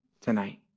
tonight